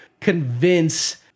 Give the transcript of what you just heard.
convince